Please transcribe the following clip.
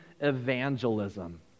Evangelism